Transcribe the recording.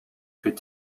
could